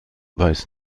weiß